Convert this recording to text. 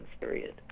period